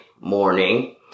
morning